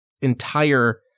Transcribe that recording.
entire